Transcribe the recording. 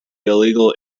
illegal